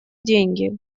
деньги